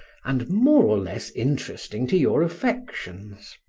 and more or less interesting to your affections.